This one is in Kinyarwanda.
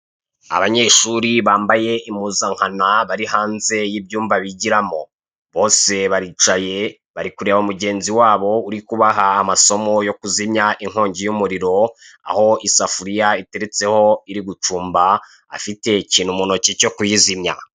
Abanyeshuri bambaye impuzankana bari hanze y'ibyumba bigiramo, bose baricaye bari kureba mugenzi wabo uri kubaha amasomo yo kuzimya inkongi y'umuriro. Aho isafuriya iteretseho iri gucumba afite ikintu muntoki cyo kuyizimya.